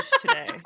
today